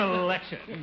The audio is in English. election